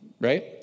Right